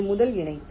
இது முதல் இணைப்பு